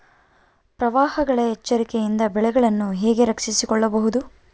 ಪ್ರವಾಹಗಳ ಎಚ್ಚರಿಕೆಯಿಂದ ಬೆಳೆಗಳನ್ನು ಹೇಗೆ ರಕ್ಷಿಸಿಕೊಳ್ಳಬಹುದು?